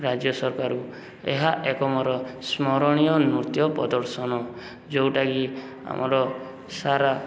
ରାଜ୍ୟ ସରକାରଙ୍କୁ ଏହା ଏକ ମୋର ସ୍ମରଣୀୟ ନୃତ୍ୟ ପ୍ରଦର୍ଶନ ଯେଉଁଟାକି ଆମର ସାରା